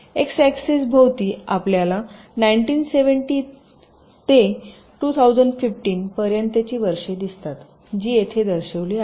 x axes भोवती आपल्याला 1970 ते 2015 पर्यंतची वर्षे दिसतात जी येथे दर्शविली आहेत